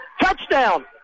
Touchdown